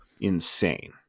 insane